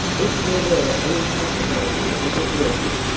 if there were any possibility of it working,